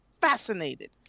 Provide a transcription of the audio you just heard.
fascinated